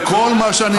וכל מה שאני